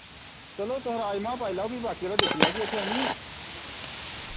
चलो तुस राइमा पाई लाओ फ्ही बाकि आह्ला दिक्खी लैगे उत्थे आह्नियै